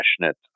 passionate